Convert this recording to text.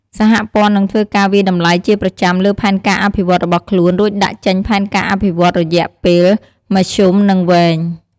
សហព័ន្ធនឹងធ្វើការវាយតម្លៃជាប្រចាំលើផែនការអភិវឌ្ឍន៍របស់ខ្លួនរួចដាក់ចេញផែនការអភិវឌ្ឍន៍រយៈពេលមធ្យម និងវែង។